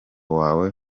wawe